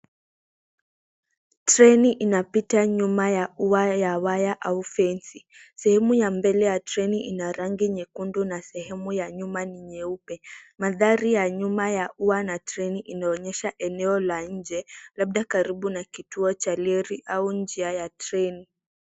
Treni inapita nyuma ya ua wa waya au fence . Sehemu ya mbele ya treni ina rangi nyekundu na sehemu ya nyuma ni nyeupe. Mandhari ya nyuma ya ua na treni inaonyesha eneo la nje labda karibu na kituo cha reli au njia ya treni.